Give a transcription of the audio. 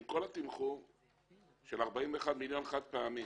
עם כל התמחור של 41 מיליון שקל חד-פעמי.